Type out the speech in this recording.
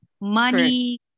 money